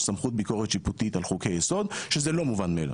סמכות ביקורת שיפוטית על חוקי יסוד שזה לא מובן מאליו.